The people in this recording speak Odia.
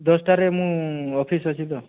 ଦଶଟାରେ ମୁଁ ଅଫିସ୍ ଅଛି ତ